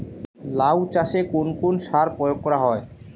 লাউ চাষে কোন কোন সার প্রয়োগ করা হয়?